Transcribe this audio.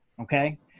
okay